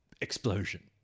explosion